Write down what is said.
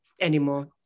anymore